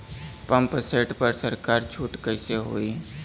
Pump set पर सरकार छूट कईसे होई?